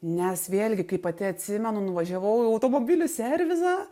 nes vėlgi kaip pati atsimenu nuvažiavau į automobilių servisą